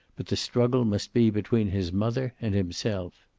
but the struggle must be between his mother and himself.